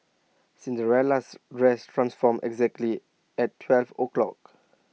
Cinderella's dress transformed exactly at twelve o'clock